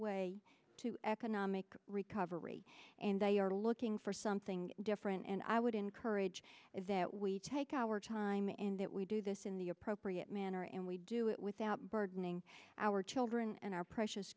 way to economic recovery and they are looking for something different and i would encourage that we take our time and that we do this in the appropriate manner and we do it without burdening our children and our precious